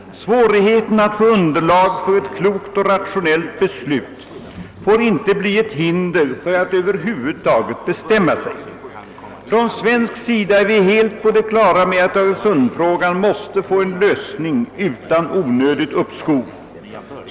Svårigheten att få underlag för ett klokt och rationellt beslut får inte bli ett hinder för att över huvud taget bestämma sig. Från svensk sida är vi helt på det klara med att öresundsfrågan måste få en lösning utan onödigt uppskov.